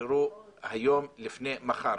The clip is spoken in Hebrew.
ישתחררו היום לפני מחר.